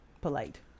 polite